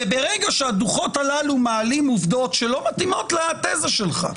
ברגע שהדוחות הללו מעלים עובדות שלא מתאימות לתזה שלך,